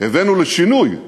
הבאנו לשינוי.